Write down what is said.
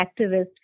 activists